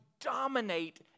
dominate